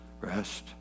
Rest